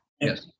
Yes